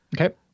okay